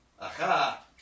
Aha